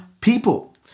people